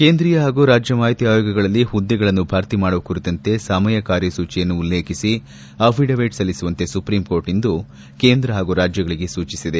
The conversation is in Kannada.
ಕೇಂದ್ರೀಯ ಹಾಗೂ ರಾಜ್ಯ ಮಾಹಿತಿ ಆಯೋಗಗಳಲ್ಲಿ ಹುದ್ದೆಗಳನ್ನು ಭರ್ತಿ ಮಾಡುವ ಕುರಿತಂತೆ ಸಮಯ ಕಾರ್ಯಸೂಚಿಯನ್ನು ಉಲ್ಲೇಖಿಸಿ ಅಫಿಡವಿಟ್ ಸಲ್ಲಿಸುವಂತೆ ಸುಪ್ರೀಂಕೋರ್ಟ್ ಇಂದು ಕೇಂದ್ರ ಹಾಗೂ ರಾಜ್ಜಗಳಿಗೆ ಸೂಚಿಸಿದೆ